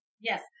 Yes